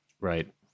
Right